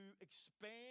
expand